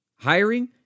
Hiring